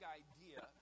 idea